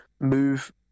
move